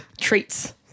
treats